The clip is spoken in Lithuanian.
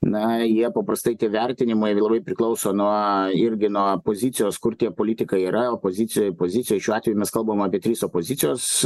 na jie paprastai tie vertinimai labai priklauso nuo irgi nuo pozicijos kur tie politikai yra opozicijoj pozicijoj šiuo atveju mes kalbam apie tris opozicijos